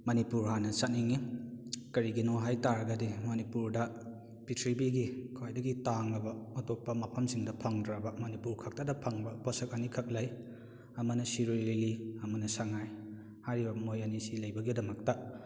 ꯃꯅꯤꯄꯨꯔ ꯍꯥꯟꯅ ꯆꯠꯅꯤꯡꯉꯤ ꯀꯔꯤꯒꯤꯅꯣ ꯍꯥꯏꯇꯥꯔꯒꯗꯤ ꯃꯅꯤꯄꯨꯔꯗ ꯄꯤꯛꯊ꯭ꯔꯤꯕꯤꯒꯤ ꯈ꯭ꯋꯥꯏꯗꯒꯤ ꯇꯥꯡꯂꯕ ꯑꯇꯣꯞꯄ ꯃꯐꯝꯁꯤꯡꯗ ꯐꯪꯗ꯭ꯔꯕ ꯃꯅꯤꯄꯨꯔ ꯈꯛꯇꯗ ꯐꯪꯕ ꯄꯣꯠꯁꯛ ꯑꯅꯤꯈꯛ ꯂꯩ ꯑꯃꯅ ꯁꯤꯔꯣꯏ ꯂꯤꯂꯤ ꯑꯃꯅ ꯁꯉꯥꯏ ꯍꯥꯏꯔꯤꯕ ꯃꯣꯏ ꯑꯅꯤꯁꯤ ꯂꯩꯕꯒꯤꯗꯃꯛꯇ